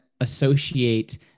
associate